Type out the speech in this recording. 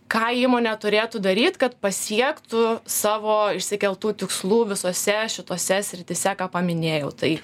ką įmonė turėtų daryt kad pasiektų savo išsikeltų tikslų visose šitose srityse ką paminėjau tai